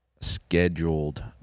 scheduled